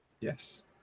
Yes